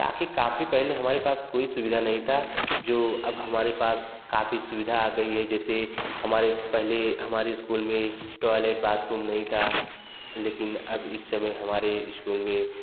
था कि काफ़ी पहले हमारे पास कोई सुविधा नहीं था जो अब हमारे पास काफ़ी सुविधा आ गई है जैसे हमारे पहले हमारे स्कूल में टॉयलेट बाथरूम नहीं था लेकिन अब इस समय हमारे इस्कूल में